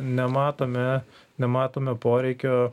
nematome nematome poreikio